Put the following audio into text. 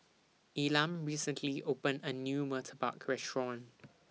Elam recently opened A New Murtabak Restaurant